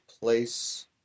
place